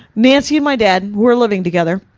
nancy and my dad were living together.